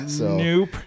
Nope